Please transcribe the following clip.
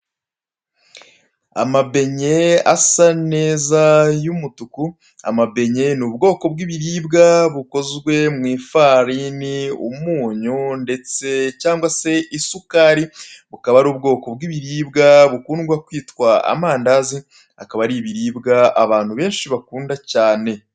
Amabenye asa neza y' umutuku. Amabenye ni ubwoko bw' ibiribwa bukonzwe mu ifarini, umunyu ndetse cyangwa se isukari. Bukaba ari ubwoko bw' ibiribwa bukundwa kwitwa amandazi, akaba ari ibiribwa abantu benshi bakunda cyane.